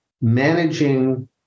managing